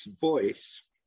voice